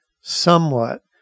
somewhat